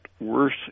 worse